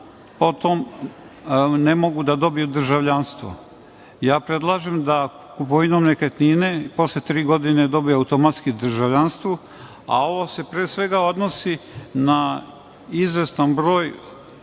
ne mogu da dobiju državljanstvo? Predlažem da kupovinom nekretnine posle tri godine dobiju automatski državljanstvo. Ovo se pre svega odnosi na izvestan broj,